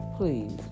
please